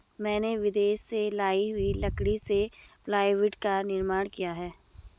मैंने विदेश से लाई हुई लकड़ी से प्लाईवुड का निर्माण किया है